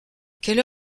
quelle